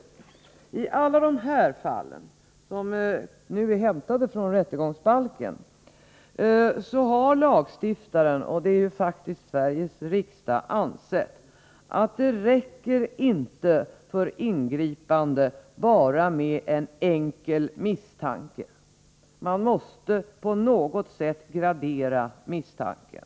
I alla dessa fall, som nu är hämtade från rättegångsbalken, har lagstiftaren — det är ju faktiskt Sveriges riksdag — ansett att det inte räcker för ingripande bara med en enkel misstanke. Man måste på något sätt gradera misstanken.